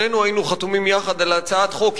שנינו היינו חתומים יחד על הצעת חוק,